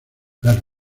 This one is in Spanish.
las